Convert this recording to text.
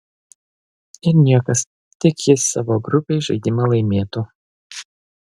ir niekas tik jis savo grupėj žaidimą laimėtų